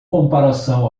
comparação